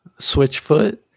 Switchfoot